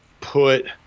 put –